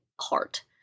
heart